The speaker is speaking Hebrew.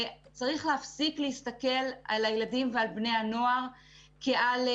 וצריך להפסיק להסתכל על הילדים ועל בני הנוער כעל,